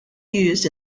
used